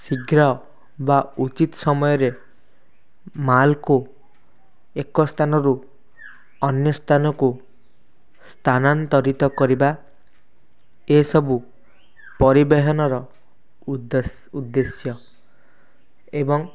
ଶୀଘ୍ର ବା ଉଚିତ୍ ସମୟରେ ମାଲକୁ ଏକ ସ୍ଥାନରୁ ଅନ୍ୟ ସ୍ଥାନକୁ ସ୍ଥାନାନ୍ତରିତ କରିବା ଏସବୁ ପରିବହନର ଉଦ୍ଦ୍ୟେଶ ଏବଂ